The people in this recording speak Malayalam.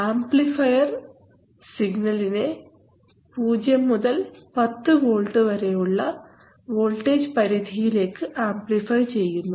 ആംപ്ലിഫയർ സിഗ്നലിനെ 0 10 വോൾട്ട്സ് വരെയുള്ള വോൾട്ടേജ് പരിധിയിലേക്ക് ആംപ്ലിഫൈ ചെയ്യുന്നു